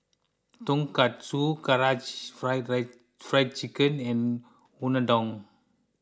Tonkatsu Karaage Fried Chicken and Unadon